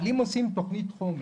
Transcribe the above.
אבל אם עושים תכנית חומש,